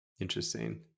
Interesting